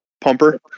pumper